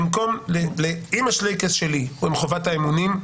אם השלייקס שלי הם חובת האמונים,